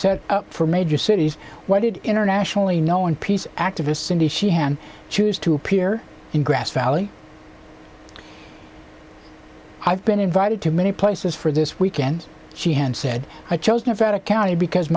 search for major cities why did internationally known peace activist cindy sheehan choose to appear in grass valley i've been invited to many places for this weekend she had said i chose nevada county because